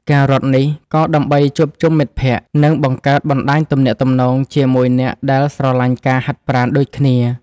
ការរត់នេះ ក៏ដើម្បីជួបជុំមិត្តភក្តិ និងបង្កើតបណ្ដាញទំនាក់ទំនងជាមួយអ្នកដែលស្រឡាញ់ការហាត់ប្រាណដូចគ្នា។